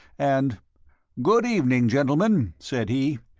and good evening, gentlemen, said he,